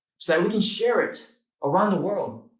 so that we can share it around the world.